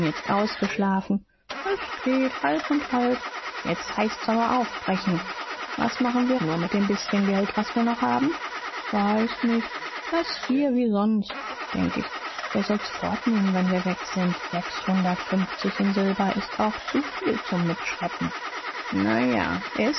jetzt ausgeschlafen s geht halb und halb jetzt heißt's aber aufbrechen was machen wir nur mit dem bißchen geld was wir noch haben weiß nicht lassen's hier wie sonst denk ich wer sollt's fortnehmen wenn wir weg sind sechshundertundfünfzig in silber ist auch zu viel zum mitschleppen na ja